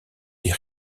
les